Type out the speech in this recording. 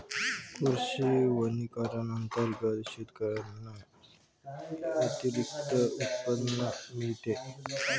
कृषी वनीकरण अंतर्गत शेतकऱ्यांना अतिरिक्त उत्पन्न मिळते